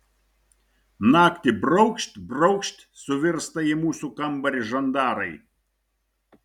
naktį braukšt braukšt suvirsta į mūsų kambarį žandarai